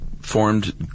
formed